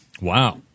Wow